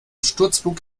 sturzflug